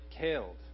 killed